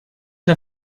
her